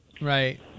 Right